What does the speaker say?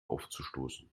aufzustoßen